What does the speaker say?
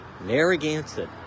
Narragansett